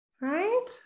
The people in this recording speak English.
right